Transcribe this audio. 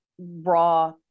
raw